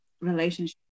relationship